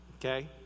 Okay